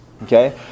Okay